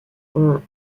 qu’on